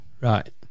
Right